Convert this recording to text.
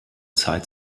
zeit